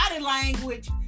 language